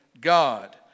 God